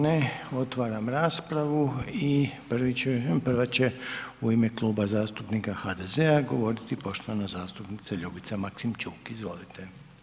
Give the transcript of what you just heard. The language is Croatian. Ne, otvaram raspravu i prvi će, prva će u ime Kluba zastupnika HDZ-a govoriti poštovana zastupnica Ljubica Maksimčuk, izvolite.